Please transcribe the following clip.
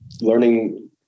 learning